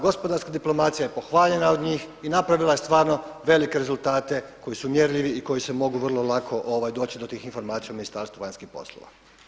Gospodarska diplomacija je pohvaljena od njih i napravila je stvarno velike rezultate koji su mjerljivi i koji se mogu vrlo lako doći do tih informacija u Ministarstvu vanjskih poslova.